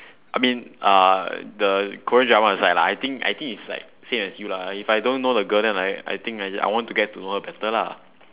I mean uh the korean drama is like that lah I think I think is like same as you lah if I don't know the girl then like I think I I want to get to know her better lah